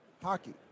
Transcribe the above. Hockey